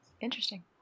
Interesting